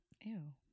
Ew